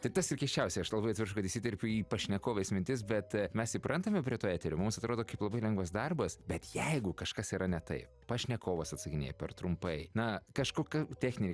tik tas ir keisčiausia aš labai atsiprašau kad įsiterpiu į pašnekovės mintis bet mes įprantame prie to eterio mums atrodo kaip labai lengvas darbas bet jeigu kažkas yra ne taip pašnekovas atsakinėja per trumpai na kažkoka techniniai